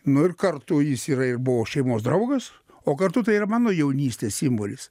nu ir kartu jis yra ir buvo šeimos draugas o kartu tai yra mano jaunystės simbolis